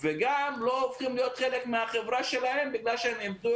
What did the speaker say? וגם לא הופכים להיות חלק מהחברה שלהם בגלל שאיבדו